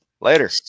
Later